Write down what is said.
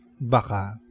Baka